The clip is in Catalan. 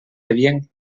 havia